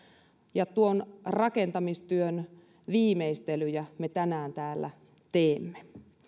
ja tuon rakentamistyön viimeistelyjä me tänään täällä teemme